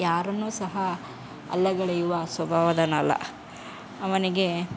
ಯಾರನ್ನೂ ಸಹ ಅಲ್ಲಗಳೆಯುವ ಸ್ವಭಾವದವನಲ್ಲ ಅವನಿಗೆ